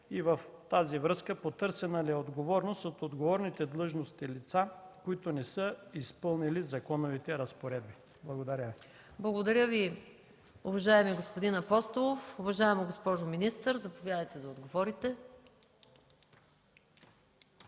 И в тази връзка: потърсена ли е отговорност от отговорните длъжностни лица, които не са изпълнили законовите разпоредби? Благодаря. ПРЕДСЕДАТЕЛ МАЯ МАНОЛОВА: Благодаря Ви, уважаеми господин Апостолов. Уважаема госпожо министър, заповядайте да отговорите.